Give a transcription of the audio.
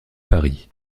paris